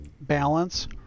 balance